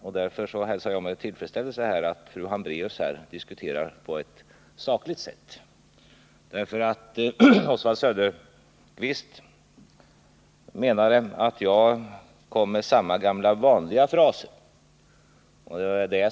Jag hälsar med tillfredsställelse att fru Hambraeus diskuterar på ett sakligt sätt. Oswald Söderqvist menade att jag kom med ”samma gamla vanliga fraser” som förut.